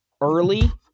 early